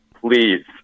please